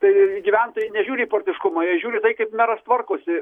tai gyventojai nežiūri į partiškumą jie žiūri į tai kaip meras tvarkosi